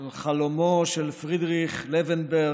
אל חלומו של פרידריך לבנברג,